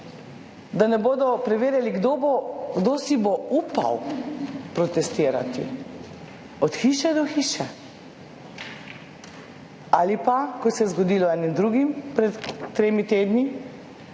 Da ne bodo preverjali, kdo si bo upal protestirati, od hiše do hiše. Ali pa, kot se je zgodilo enim drugim pred tremi tedni,